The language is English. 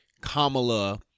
Kamala